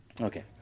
Okay